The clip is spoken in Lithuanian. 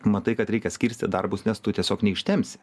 matai kad reikia skirstyt darbus nes tu tiesiog neištempsi